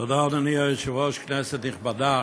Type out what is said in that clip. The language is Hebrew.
תודה, אדוני היושב-ראש, כנסת נכבדה,